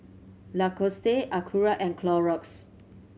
Lacoste Acura and Clorox